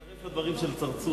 זה מצטרף לדברים של צרצור.